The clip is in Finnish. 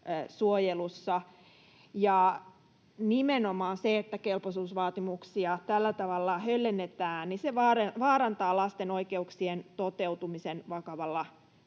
lastensuojelussa. Nimenomaan se, että kelpoisuusvaatimuksia tällä tavalla höllennetään, vaarantaa lasten oikeuksien toteutumisen vakavalla